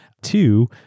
Two